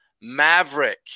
maverick